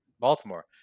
Baltimore